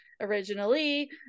originally